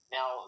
Now